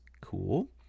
cool